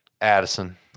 Addison